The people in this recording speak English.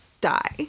die